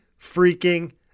freaking